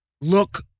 look